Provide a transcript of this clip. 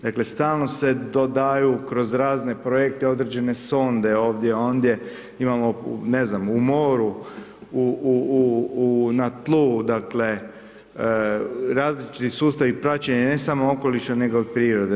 Dakle stalno se dodaju kroz razne projekte određene sonde, ovdje, ondje, imamo, ne znam, u moru, na tlu, dakle, različiti sustavi praćenja, ne samo okoliša nego i prirode.